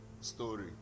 Story